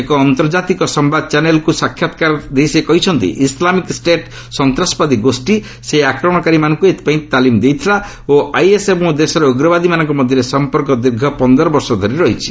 ଏକ ଆନ୍ତର୍ଜାତିକ ସମ୍ଭାଦ ଚାନେଲ୍କୁ ସାକ୍ଷାତକାର ଦେଇ ସେ କହିଛନ୍ତି ଇସ୍ଲାମିକ୍ ଷ୍ଟେଟ୍ ସନ୍ତାସବାଦୀ ଗୋଷ୍ଠୀ ସେହି ଆକ୍ରମଣକାରୀମାନଙ୍କୁ ଏଥିପାଇଁ ତାଲିମ ଦେଇଥିଲା ଓ ଆଇଏସ୍ ଏବଂ ଦେଶର ଉଗ୍ରବାଦୀମାନଙ୍କ ମଧ୍ୟରେ ସଂପର୍କ ଦୀର୍ଘ ପନ୍ଦରବର୍ଷ ଧରି ରହିଛି